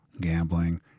gambling